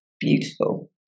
beautiful